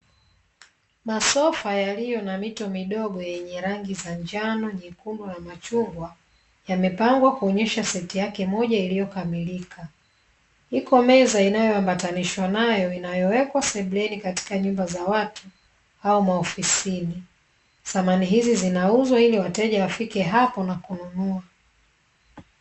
Masofa yaliyo na mito midogo yenye rangi za njano, nyekundu, na machungwa yame pangwa kuonesha seti yake moja iliyo kamilika, iko meza inayo ambatanishwa nayo inayowekwa sebuleni katika nyumba za watu au ma ofisini. Samani hizi zinauzwa ili wateja wafike hapo na kununua.